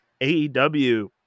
AEW